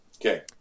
Okay